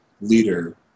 leader